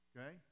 Okay